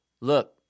Look